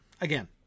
again